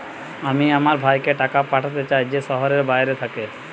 আমি আমার ভাইকে টাকা পাঠাতে চাই যে শহরের বাইরে থাকে